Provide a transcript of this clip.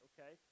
Okay